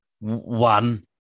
One